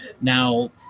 Now